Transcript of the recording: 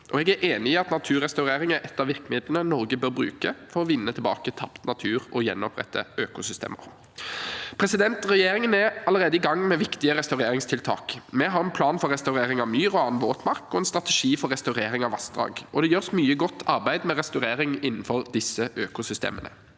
jeg er enig i at naturrestaurering er et av virkemidlene Norge bør bruke for å vinne tilbake tapt natur og gjenopprette økosystemer. Regjeringen er allerede i gang med viktige restaureringstiltak. Vi har en plan for restaurering av myr og annen våtmark og en strategi for restaurering av vassdrag, og det gjøres mye godt arbeid med restaurering innenfor disse økosystemene.